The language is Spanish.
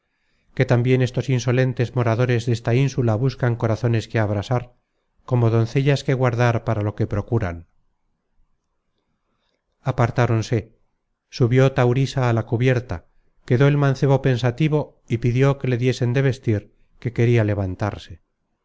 que tambien estos insolentes moradores desta insula buscan corazones que abrasar como doncellas que guardar para lo que procuran apartáronse subió taurisa á la cubierta quedó el mancebo pensativo y pidió que le diesen de vestir que queria levantarse